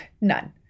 None